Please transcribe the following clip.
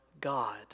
God